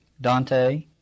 Dante